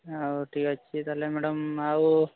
ଆଉ ଠିକ୍ ଅଛି ତା'ହେଲେ ମ୍ୟାଡ଼ାମ୍ ଆଉ